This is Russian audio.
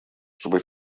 чтобы